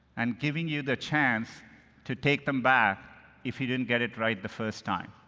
and giving you the chance to take them back if you didn't get it right the first time,